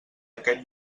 aquest